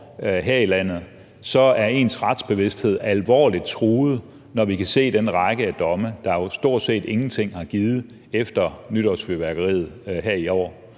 her i landet, er ens retsbevidsthed alvorligt truet, når vi kan se den række af domme, der jo stort set ingenting har givet efter nytårsfyrværkeriet her i år.